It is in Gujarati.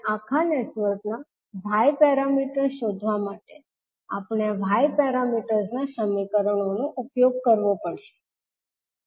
આખા નેટવર્કના y પેરામીટર્સને શોધવા માટે આપણે y પેરામીટર્સના સમીકરણોનો ઉપયોગ કરવો પડશે